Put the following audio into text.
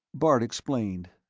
bart explained.